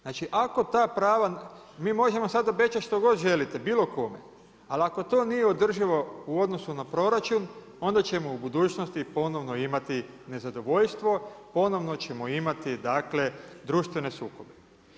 Znači ako ta prava, mi možemo sad obećat što god želite bilo kome, ali ako to nije održivo u odnosu na proračun, onda ćemo u budućnosti ponovno imati nezadovoljstvo, ponovno ćemo imati dakle društvene sukobe.